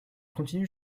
continuait